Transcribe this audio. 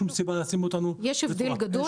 יש הבדל גדול,